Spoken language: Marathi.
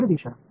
झेड दिशा